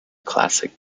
classic